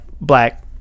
black